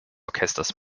orchesters